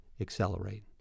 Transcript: accelerate